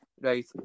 Right